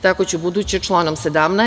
Tako će ubuduće članom 17.